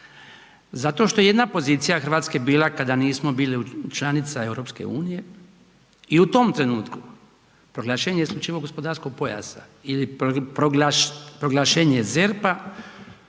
Zato što je jedna pozicija Hrvatske bila kada nismo bili članica EU i u tom trenutku proglašenje isključivog gospodarskog pojasa ili proglašenje ZERP-a